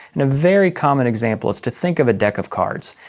and a very common example is to think of a deck of cards.